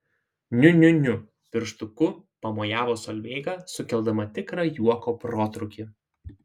niu niu niu pirštuku pamojavo solveiga sukeldama tikrą juoko protrūkį